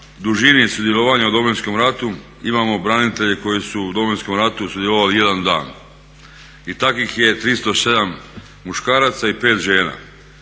dužini sudjelovanja u Domovinskom ratu imamo branitelje koji su u Domovinskom ratu sudjelovali 1 dan. I takvih je 307 muškaraca i 5 žena.